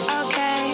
okay